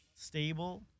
stable